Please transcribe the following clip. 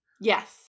yes